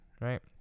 right